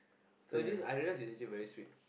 no just I realise it's actually very sweet